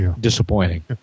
disappointing